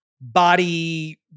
body